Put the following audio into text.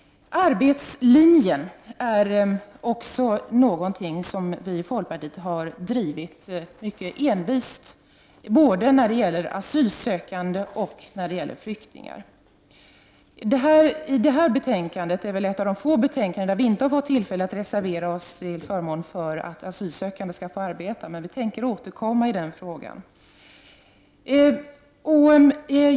Arbetslinjen är en annan sak som vi i folkpartiet har drivit mycket envist både när det gäller asylsökande och när det gäller flyktingar. Det aktuella betänkandet är ett av få betänkanden där vi inte har haft tillfälle att reservera oss till förmån för att asylsökande skall få arbeta. Men vi tänker återkomma till den frågan.